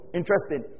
interesting